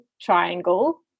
triangle